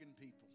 people